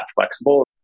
flexible